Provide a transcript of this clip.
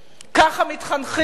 מתחנכים ככה,